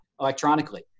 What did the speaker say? electronically